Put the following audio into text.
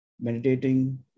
meditating